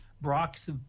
Brock's